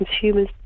consumers